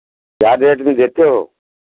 क्या रेट में देते हो